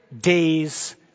days